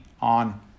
on